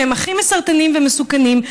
שהם הכי מסרטנים ומסוכנים,